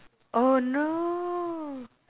oh no